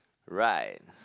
right